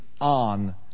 on